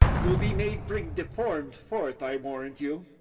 you'll be made bring deformed forth, i warrant you.